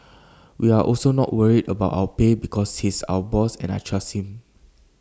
we are also not worried about our pay because he's our boss and I trust him